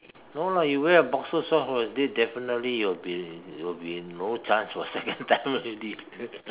no lah you wear a boxer short for a date definitely it will be will be no chance for second time already